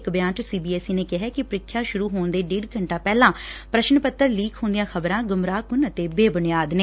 ਇਕ ਬਿਆਨ ਚ ਸੀ ਬੀ ਐਸ ਸੀ ਨੇ ਕਿਹੈ ਕਿ ਪ੍ਰੀਖਿਆ ਸੁਰੁ ਹੋਣ ਦੇ ਢੇਡ ਘੰਟਾ ਪਹਿਲਾਂ ਪ੍ਰਸੁਨ ਪੱਤਰ ਲੀਕ ਹੋਣ ਦੀਆਂ ਖ਼ਬਰਾਂ ਗੁਮਰਾਹਕੁੰਨ ਅਤੇ ਬੇਬੁਨਿਆਦ ਨੇ